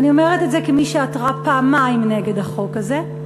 אני אומרת את זה כמי שעתרה פעמיים נגד החוק הזה,